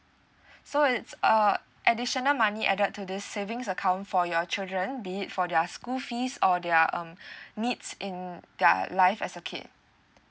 so it's uh additional money added to this savings account for your children be it for their school fees or their um needs in their life as a kid